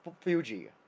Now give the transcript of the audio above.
Fuji